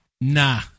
nah